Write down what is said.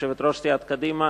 יושבת-ראש סיעת קדימה,